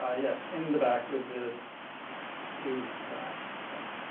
ah yes, in the back with the blue tie, i think.